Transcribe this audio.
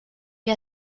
gli